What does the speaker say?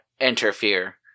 interfere